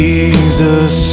Jesus